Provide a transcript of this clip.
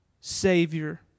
Savior